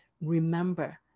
remember